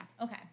okay